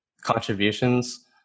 contributions